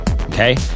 okay